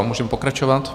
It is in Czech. Můžeme pokračovat.